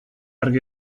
argi